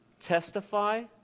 testify